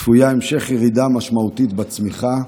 צפוי המשך ירידה הדרגתית בצמיחה,